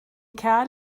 kerl